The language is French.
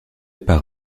par